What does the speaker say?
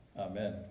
Amen